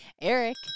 Eric